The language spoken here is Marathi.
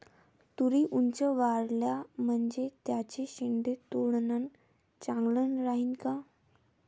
तुरी ऊंच वाढल्या म्हनजे त्याचे शेंडे तोडनं चांगलं राहीन का?